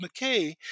McKay